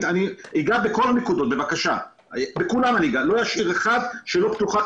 אני אגע בכל הנקודות ולא אשאיר אחת פתוחה.